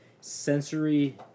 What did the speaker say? sensory